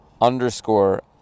underscore